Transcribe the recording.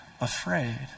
afraid